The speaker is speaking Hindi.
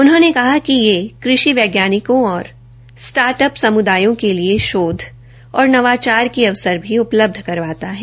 उन्होंने कहा कि यह कृषि वैज्ञानिकों और स्टार्टअप समुदायों के लिए शोध और नवाचार के अवसर भी उपलब्ध करवाता है